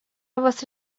واسه